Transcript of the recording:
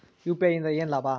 UPI ಇಂದ ಏನ್ ಲಾಭ?